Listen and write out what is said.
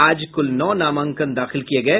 आज कुल नौ नामांकन दाखिल किये गये